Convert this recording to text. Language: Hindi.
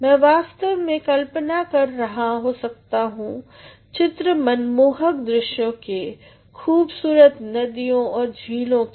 मैं वास्तव में कल्पना कर रहा हो सकता चित्र मनमोहक दृश्यों के खूबसूरत नदियों और झीलों के